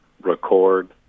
record